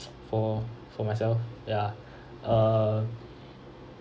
for for myself ya err